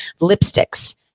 lipsticks